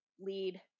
lead